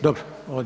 Dobro.